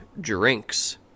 drinks